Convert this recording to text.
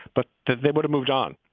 but but they would've moved on.